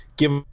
Give